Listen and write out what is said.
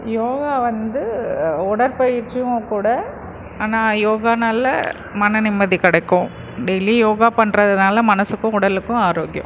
யோகா வந்து உடற்பயிற்சியும் கூட ஆனால் யோகான்னால் மன நிம்மதி கிடைக்கும் டெய்லியும் யோகா பண்ணுறதுனால மனசுக்கும் உடலுக்கும் ஆரோக்கியம்